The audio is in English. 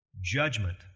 judgment